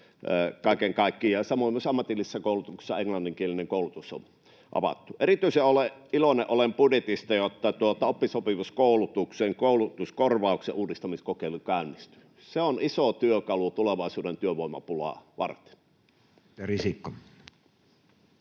kaiken kaikkiaan, ja samoin myös ammatillisessa koulutuksessa englanninkielinen koulutus on avattu. Erityisen iloinen olen budjetissa siitä, että oppisopimuskoulutuksen koulutuskorvauksen uudistamiskokeilu käynnistyy. Se on iso työkalu tulevaisuuden työvoimapulaa varten. [Speech